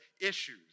issues